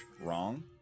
Wrong